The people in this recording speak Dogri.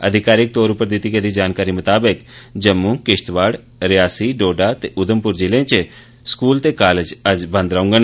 अधिकारिक तौर उप्पर दिति गेदी जानकारी मताबक जम्मू किश्तवाड़ रियासी डोडा ते उधमपुर जिलें इच स्कूल ते कालेज अज्ज बंद रौंहगन